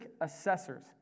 assessors